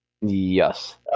Yes